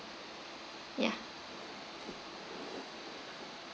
ya